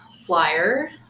flyer